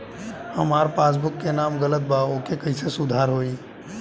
हमार पासबुक मे नाम गलत बा ओके कैसे सुधार होई?